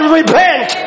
repent